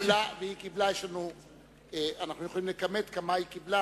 ואנחנו יכולים לכמת כמה היא קיבלה